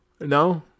No